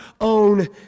own